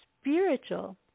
spiritual